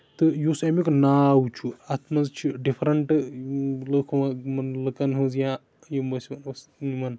تہٕ یُس اَمیُک ناو چھُ اَتھ منٛز چھِ ڈِفرنٹ لُکھ ؤکھ یِمن لُکن ہنز یا یِم ٲسۍ یِمن